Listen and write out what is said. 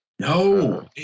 No